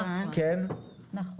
נכון.